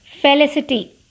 Felicity